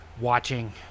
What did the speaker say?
Watching